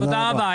תודה רבה.